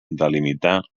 delimitar